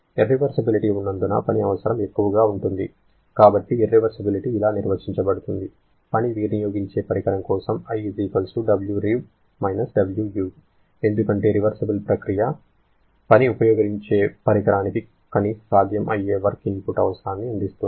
irreversibility ఉన్నందున పని అవసరం ఎక్కువగా ఉంటుంది కాబట్టి ఇర్రివర్సిబిలిటి ఇలా నిర్వచించబడుతుంది పని వినియోగించే పరికరం కోసం → I Wrev - Wu ఎందుకంటే రివర్సిబుల్ ప్రక్రియ పని వినియోగించే పరికరానికి కనీస సాధ్యం అయ్యే వర్క్ ఇన్పుట్ అవసరాన్ని అందిస్తుంది